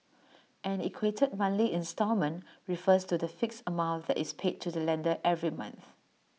an equated monthly instalment refers to the fixed amount that is paid to the lender every month